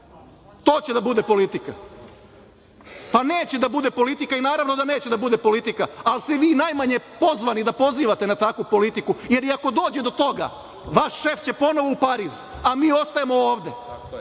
To će da bude politika? Neće da bude politika i naravno da neće da bude politika ali ste vi najmanje pozvani da pozivate na takvu politiku, jer iako dođe do toga vaš šef će ponovo u Pariz a mi ostajemo ovde,